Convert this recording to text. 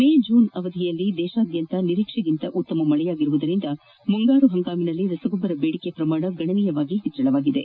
ಮೇ ಮತ್ತು ಜೂನ್ ಅವಧಿಯಲ್ಲಿ ದೇಶಾದ್ಯಂತ ನಿರೀಕ್ಷೆಗಿಂತ ಉತ್ತಮ ಮಳೆಯಾಗಿದ್ದರಿಂದ ಮುಂಗಾರು ಹಂಗಾಮಿನಲ್ಲಿ ರಸಗೊಬ್ಬರ ಬೇಡಿಕೆ ಪ್ರಮಾಣ ಗಣನೀಯಾವಗಿ ಹೆಚ್ಚಳವಾಗಿದೆ